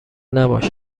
نباش